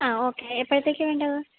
ആ ഓക്കേ എപ്പോഴത്തേക്കാ വേണ്ടത്